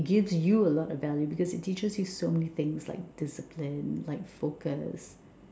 it gives you a lot of value because it teaches you so many things like discipline like focus